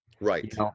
Right